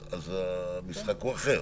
אז המשחק הוא אחר.